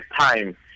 time